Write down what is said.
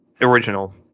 original